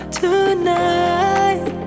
tonight